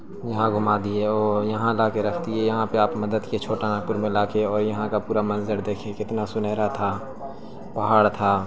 یہاں گھما دیے اوہ یہاں لا کے رکھ دیے یہاں پہ آپ مدد کیے چھوٹا مل پور میں لا کے اور یہاں کا پورا منظر دیکھیے کتنا سنہرا تھا پہاڑ تھا